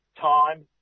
time